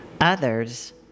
Others